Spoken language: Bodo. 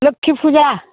लोखि फुजा